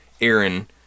Aaron